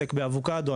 מתעסק באבוקדו,